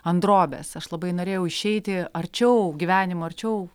ant drobės aš labai norėjau išeiti arčiau gyvenimo arčiau